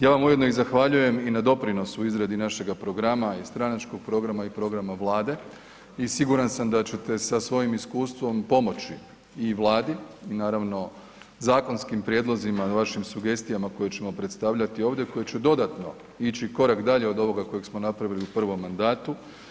Ja vam ujedno zahvaljujem i na doprinosu u izradi našega programa i stranačkog programa i programa vlade i siguran sam da ćete sa svojim iskustvom pomoći i vladi i naravno zakonskim prijedlozima i vašim sugestijama koje ćemo predstavljati ovdje, koje će dodatno ići korak dalje od ovoga kojeg smo napravili u prvom mandatu.